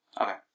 Okay